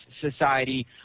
society